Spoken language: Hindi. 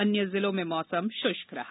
अन्य जिलों में मौसम श्रष्क रहा